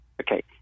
Okay